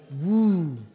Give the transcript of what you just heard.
woo